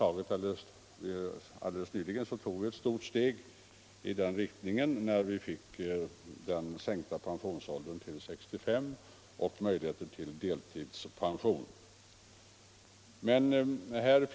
Alldeles nyligen togs ett stort steg framåt, när riksdagen sänkte pensionsåldern till 65 år och skapade möjligheter till deltidspension.